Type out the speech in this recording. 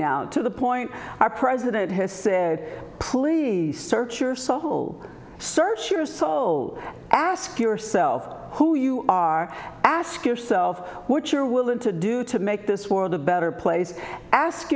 now to the point our president has said please search your soul search your soul ask yourself who you are ask yourself what you're willing to do to make this world a better place ask